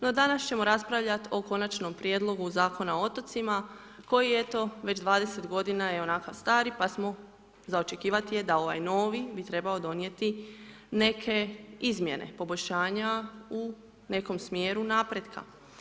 No danas ćemo raspravljat o Konačnom prijedlogu Zakona o otocima koji eto već 20 godina je onakav stari pa smo za očekivati je da ovaj novi bi trebao donijeti neke izmjene poboljšanja u nekom smjeru napretka.